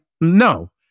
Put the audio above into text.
No